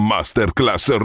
Masterclass